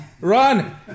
Run